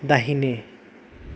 दाहिने